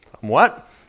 somewhat